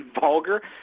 vulgar